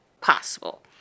possible